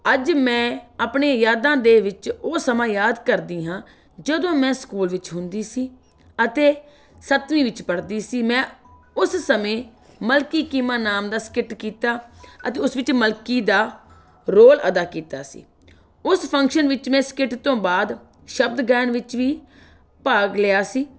ਅੱਜ ਮੈਂ ਆਪਣੇ ਯਾਦਾਂ ਦੇ ਵਿੱਚ ਉਹ ਸਮਾਂ ਯਾਦ ਕਰਦੀ ਹਾਂ ਜਦੋਂ ਮੈਂ ਸਕੂਲ ਵਿੱਚ ਹੁੰਦੀ ਸੀ ਅਤੇ ਸੱਤਵੀਂ ਵਿੱਚ ਪੜ੍ਹਦੀ ਸੀ ਮੈਂ ਉਸ ਸਮੇਂ ਮਲਕੀ ਕੀਮਾ ਨਾਮ ਦਾ ਸਕਿੱਟ ਕੀਤਾ ਅਤੇ ਉਸ ਵਿੱਚ ਮਲਕੀ ਦਾ ਰੋਲ ਅਦਾ ਕੀਤਾ ਸੀ ਉਸ ਫੰਕਸ਼ਨ ਵਿੱਚ ਮੈਂ ਸਕਿੱਟ ਤੋਂ ਬਾਅਦ ਸ਼ਬਦ ਗਾਇਨ ਵਿੱਚ ਵੀ ਭਾਗ ਲਿਆ ਸੀ